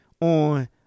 on